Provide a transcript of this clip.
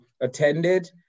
attended